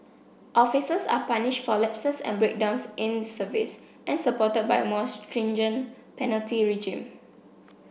officers are punished for lapses and breakdowns in service and supported by a more stringent penalty regime